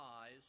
eyes